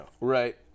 Right